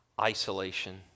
isolation